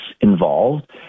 involved